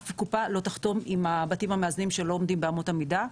אף קופה לא תחתום עם בתים מאזנים שלא עומדים באמות המידה,